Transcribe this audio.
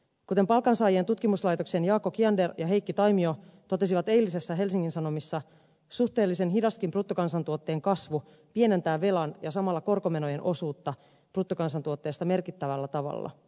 kuten palkansaajien tutkimuslaitoksen jaakko kiander ja heikki taimio totesivat eilisessä helsingin sanomissa suhteellisen hidaskin bruttokansantuotteen kasvu pienentää velan ja samalla korkomenojen osuutta bruttokansantuotteesta merkittävällä tavalla